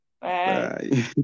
Bye